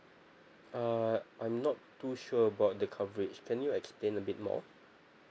uh I'm not too sure about the coverage can you explain a bit more